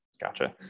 Gotcha